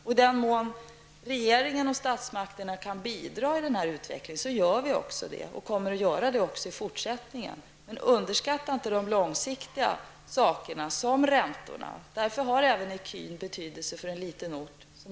I den mån regeringen och statsmakterna kan bidra till den här utvecklingen gör vi det också och kommer att göra det i fortsättningen. Men underskatta inte de långsiktiga satsningarna som räntorna! Därför har även ecun betydelse för en liten ort som